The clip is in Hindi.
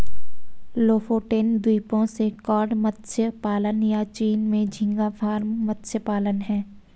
लोफोटेन द्वीपों से कॉड मत्स्य पालन, या चीन में झींगा फार्म मत्स्य पालन हैं